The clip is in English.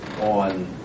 on